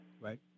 Right